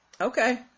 okay